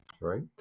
right